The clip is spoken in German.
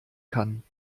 kann